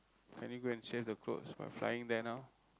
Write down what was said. can you go and save the clothes by flying there now